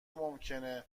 ممکنه